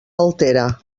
altera